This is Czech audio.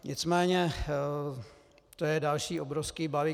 Nicméně to je další obrovský balík.